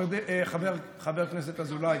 חבר הכנסת אזולאי,